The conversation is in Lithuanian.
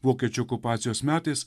vokiečių okupacijos metais